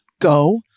go